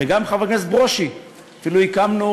וגם חבר הכנסת ברושי, אפילו הקמנו